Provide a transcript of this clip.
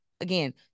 again